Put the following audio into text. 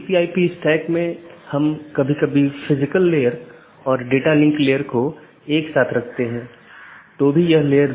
BGP या border gateway protocol बाहरी routing protocol है जो ऑटॉनमस सिस्टमों के पार पैकेट को सही तरीके से रूट करने में मदद करता है